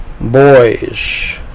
boys